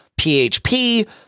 PHP